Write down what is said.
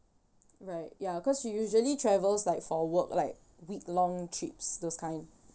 right ya cause she usually travels like for work like week long trips those kind